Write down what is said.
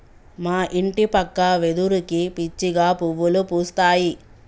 మా ఇంటి పక్క వెదురుకి పిచ్చిగా పువ్వులు పూస్తాయి